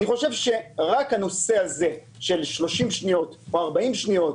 אני חושב שרק הנושא הזה של 30 שניות או 40 שניות